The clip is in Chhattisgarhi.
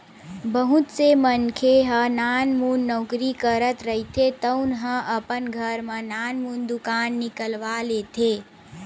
बहुत से मनखे ह नानमुन नउकरी करत रहिथे तउनो ह अपन घर म नानमुन दुकान निकलवा लेथे